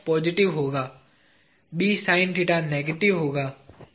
positive होगा negative होगा